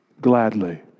gladly